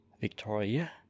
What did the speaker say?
Victoria